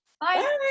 bye